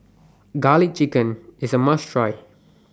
Garlic Chicken IS A must Try